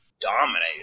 dominated